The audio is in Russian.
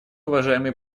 уважаемый